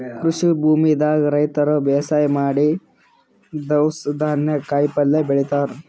ಕೃಷಿ ಭೂಮಿದಾಗ್ ರೈತರ್ ಬೇಸಾಯ್ ಮಾಡಿ ದವ್ಸ್ ಧಾನ್ಯ ಕಾಯಿಪಲ್ಯ ಬೆಳಿತಾರ್